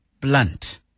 blunt